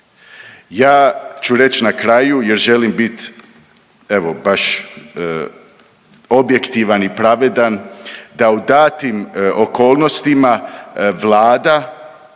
Ja ću reći na kraju jer želim bit evo baš objektivan i pravedan da u datim okolnostima Vlada